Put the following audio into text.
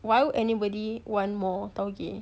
why would anybody want more taugeh